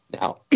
Now